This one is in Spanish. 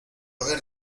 ver